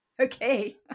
Okay